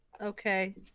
Okay